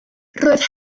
roedd